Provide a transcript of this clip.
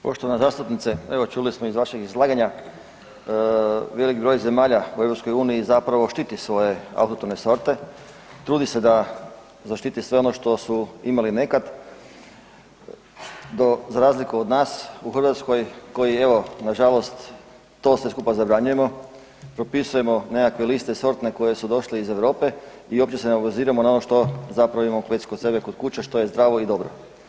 Poštovana zastupnice, evo čuli smo iz vašeg izlaganja, velik broj zemalja u EU zapravo štiti svoje autohtone sorte, trudi se da zaštiti sve ono što su imali nekad, do, za razliku od nas u Hrvatskoj koji evo, nažalost to sve skupa zabranjujemo, propisujemo nekakve liste sortne koje su došle iz Europe i uopće se ne obaziremo na ono što zapravo imamo već kod sebe kod kuće što je zdravo i dobro.